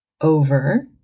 over